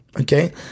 Okay